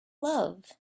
love